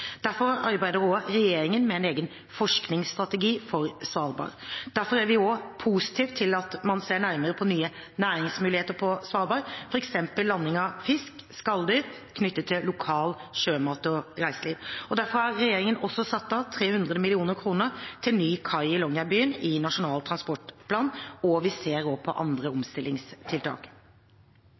Derfor arbeider også regjeringen med en egen forskningsstrategi for Svalbard. Derfor er vi også positive til at man ser nærmere på nye næringsmuligheter på Svalbard, f.eks. landing av fisk og skalldyr knyttet til lokal sjømat og reiseliv. Derfor har regjeringen også satt av 300 mill. kr til ny kai i Longyearbyen i Nasjonal transportplan, og vi ser også på andre omstillingstiltak.